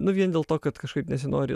nu vien dėl to kad kažkaip nesinori